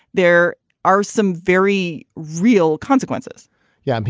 there are some very real consequences yeah.